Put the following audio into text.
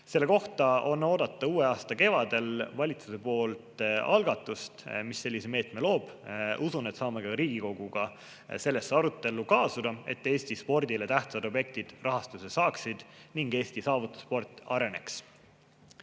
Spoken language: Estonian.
Selle kohta on oodata uue aasta kevadel valitsuse poolt algatust, mis sellise meetme loob. Usun, et saame ka Riigikoguga sellesse arutellu [laskuda], et Eesti spordile tähtsad objektid rahastuse saaksid ning Eesti saavutussport